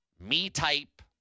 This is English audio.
me-type